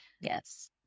yes